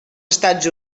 estats